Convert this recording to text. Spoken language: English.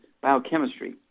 biochemistry